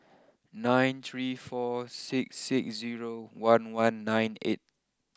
nine three four six six zero one one nine eight